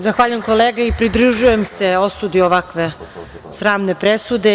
Zahvaljujem kolegi i pridružujem se osudi ovakve sramne presude.